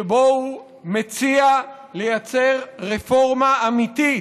שבו הוא מציע לייצר רפורמה אמיתית: